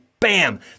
Bam